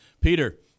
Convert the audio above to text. Peter